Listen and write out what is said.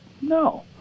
no